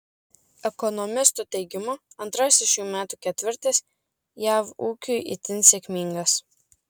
ekonomistų teigimu antrasis šių metų ketvirtis jav ūkiui itin sėkmingas